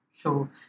Sure